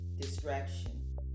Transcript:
Distraction